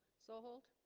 so hold